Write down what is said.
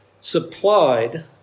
supplied